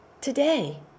today